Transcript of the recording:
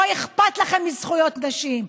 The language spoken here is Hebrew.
לא אכפת לכם מזכויות נשים,